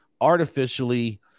artificially